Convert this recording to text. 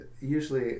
Usually